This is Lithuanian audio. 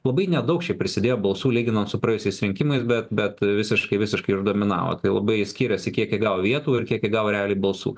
labai nedaug šiaip prisidėjo balsų lyginant su praėjusiais rinkimais bet bet visiškai visiškai išdominavo tai labai skiriasi kiek jie gavo vietų ir kiek jie gavo realiai balsų